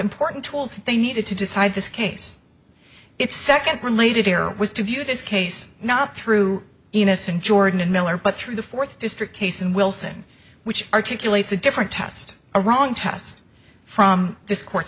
important tools that they needed to decide this case its second related error was to view this case not through enos and jordan and miller but through the fourth district case and wilson which articulate a different test a wrong test from this court